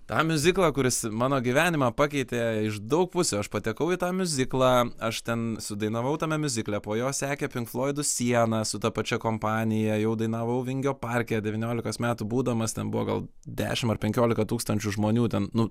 tą miuziklą kuris mano gyvenimą pakeitė iš daug pusių aš patekau į tą miuziklą aš ten sudainavau tame miuzikle po jo sekė pink floidų siena su ta pačia kompanija jau dainavau vingio parke devyniolikos metų būdamas ten buvo gal dešim ar penkiolika tūkstančių žmonių ten nu